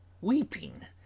weeping